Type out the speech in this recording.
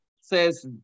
says